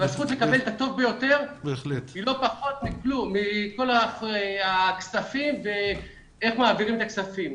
והזכות לקבל את הטוב ביותר היא לא פחות מכל הכספים ומאיך מעבירים כספים.